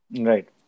Right